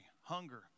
hunger